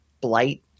blight